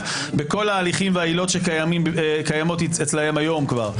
בכל ההליכים והעילות שקיימות אצלם היום כבר.